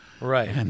Right